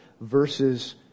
verses